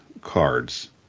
cards